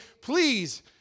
please